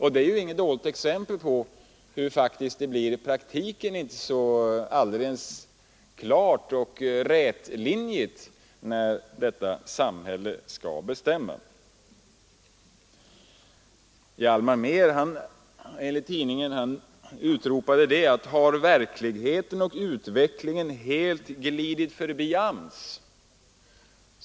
Det är inget dåligt exempel på hur det i praktiken inte blir så alldeles klart och rätlinjigt när ”samhället” skall bestämma. Hjalmar Mehr dundrade enligt tidningarna: Har verkligheten och utvecklingen helt glidit förbi AMS?